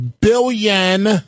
billion